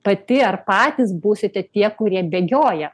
pati ar patys būsite tie kurie bėgioja